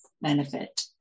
benefit